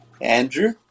Andrew